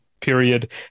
period